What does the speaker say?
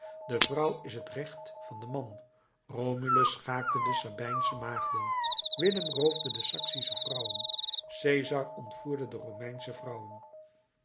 de vrouw is het recht van den man romulus schaakte de sabijnsche maagden willem roofde de saksische vrouwen cesar ontvoerde de romeinsche vrouwen